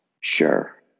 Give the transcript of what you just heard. Sure